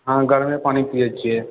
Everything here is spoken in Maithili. हाँ गरमे पानि पियै छियै